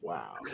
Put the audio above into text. Wow